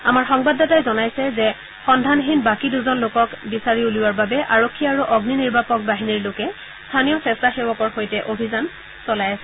আমাৰ সংবাদদাতাই জনাইছে যে সন্ধানহীন বাকী দুজন লোকক বিচাৰি উলিওৱাৰ বাবে আৰক্ষী আৰু অগ্নি নিৰ্বাপক বাহিনীৰ লোকে স্থানীয় স্বেচ্ছাসেৱকৰ সৈতে সন্ধান অভিযান চলাই আছে